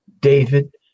David